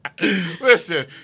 Listen